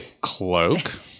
cloak